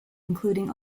including